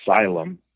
Asylum